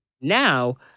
Now